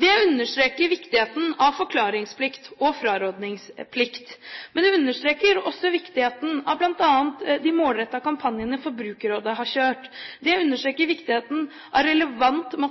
Det understreker viktigheten av forklaringsplikt og frarådningsplikt, men det understreker også viktigheten av bl.a. de målrettede kampanjene Forbrukerrådet har kjørt. Det understreker viktigheten av relevant